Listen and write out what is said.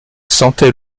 sentait